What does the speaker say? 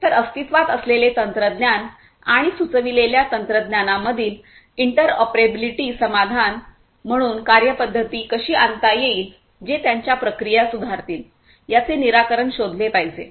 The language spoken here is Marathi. तर अस्तित्त्वात असलेले तंत्रज्ञान आणि सुचविलेल्या तंत्रज्ञानामधील इंटरऑपरेबिलिटी समाधान म्हणून कार्यपद्धती कशी आणता येईल जे त्यांच्या प्रक्रिया सुधारतील याचे निराकरण शोधले पाहिजे